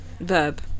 verb